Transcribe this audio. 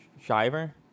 Shiver